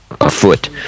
afoot